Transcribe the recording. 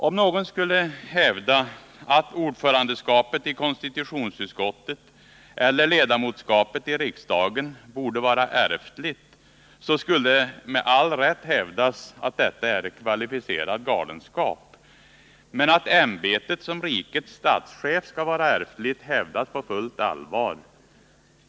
Om någon skulle hävda att ordförandeskapet i konstitutionsutskottet eller ledamotskapet i riksdagen borde vara ärftligt, så borde det med all rätt kunna hävdas att detta är kvalificerad galenskap. Men att ämbetet som rikets statschef skall vara ärftligt hävdas på fullt allvar.